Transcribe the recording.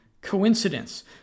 coincidence